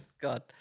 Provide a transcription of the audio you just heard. God